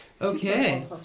Okay